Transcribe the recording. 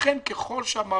לכן ככל שהמערכת